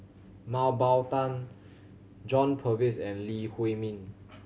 Mah Bow Tan John Purvis and Lee Huei Min